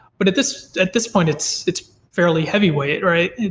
but at this at this point, it's it's fairly heavyweight, right?